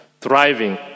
thriving